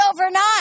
overnight